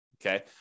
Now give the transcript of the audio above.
okay